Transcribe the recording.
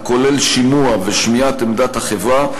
הכולל שימוע ושמיעת עמדת החברה,